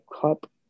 cup